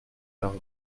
klar